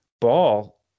Ball